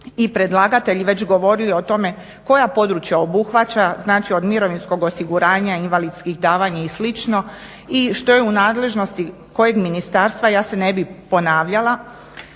i predlagatelji već govorili o tome koja područja obuhvaća, znači od mirovinskog osiguranja, invalidskih davanja i slično i što je u nadležnosti kojeg ministarstva ja se ne bih ponavljala,